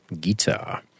guitar